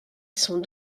sont